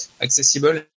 accessible